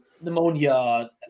pneumonia